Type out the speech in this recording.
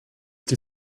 die